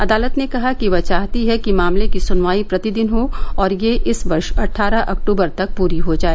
अदालत ने कहा कि वह चाहती है कि मामले की सुनवाई प्रतिदिन हो और यह इस वर्ष अट्ठारह अक्तूबर तक पूरी हो जाए